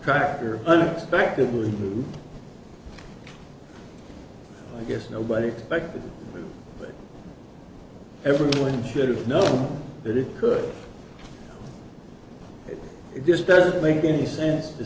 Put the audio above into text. character unexpectedly i guess nobody expected everyone should know that it could it just doesn't make any sense to